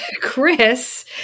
Chris